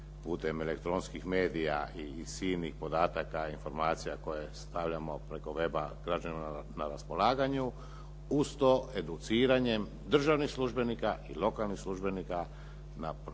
putem elektronskih medija i silnih podataka, informacija koje stavljamo preko web-a građanima na raspolaganju, uz to educiranjem državnih službenika i lokalnih službenika na pravila